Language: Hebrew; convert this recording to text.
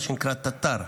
מה שנקרא תט"ר,